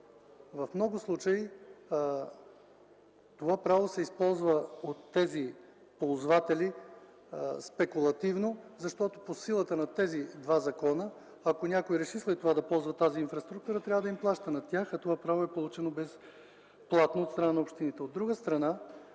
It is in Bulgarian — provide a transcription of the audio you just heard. В много случаи това право се използва от тези ползватели спекулативно, защото по силата на тези два закона, ако някой реши след това да ползва тази инфраструктура, трябва да им плаща на тях, а това право е получено безплатно от страна на общините.